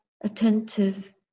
attentive